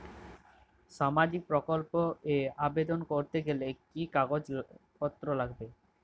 সামাজিক প্রকল্প এ আবেদন করতে গেলে কি কাগজ পত্র লাগবে?